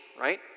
right